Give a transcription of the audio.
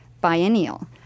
Biennial